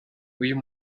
uyu